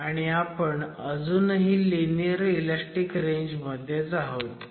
आणि आपण अजूनही लिनीयर इलॅस्टीक रेंज मध्ये आहोत